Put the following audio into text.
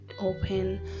open